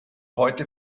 heute